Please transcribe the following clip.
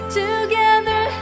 together